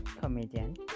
comedian